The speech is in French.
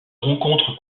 rencontre